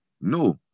No